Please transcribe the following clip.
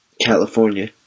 California